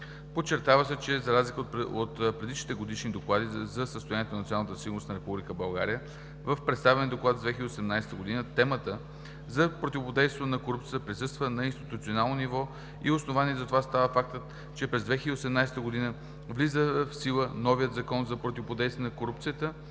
Подчертава се, че за разлика от предишните годишни доклади за състоянието на националната сигурност на Република България в представения доклад за 2018 г. темата за противодействието на корупцията присъства на институционално ниво и основание за това става фактът, че през 2018 г. влиза в сила новият Закон за противодействие на корупцията